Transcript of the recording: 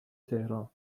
تهران